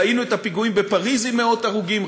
ראינו את הפיגועים בפריז עם מאות הרוגים.